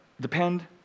depend